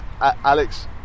Alex